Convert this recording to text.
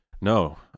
No